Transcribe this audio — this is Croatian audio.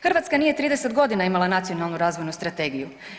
Hrvatska nije 30.g. imala Nacionalnu razvojnu strategiju.